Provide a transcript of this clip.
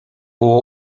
było